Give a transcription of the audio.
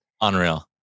unreal